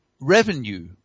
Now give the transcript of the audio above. revenue